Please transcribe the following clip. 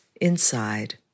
inside